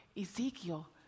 Ezekiel